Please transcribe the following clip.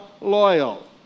loyal